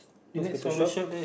newspaper shop